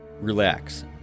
Relax